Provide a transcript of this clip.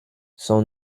son